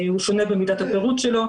הוא שונה במידת הפירוט שלו,